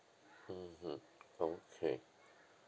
mmhmm okay